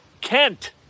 Kent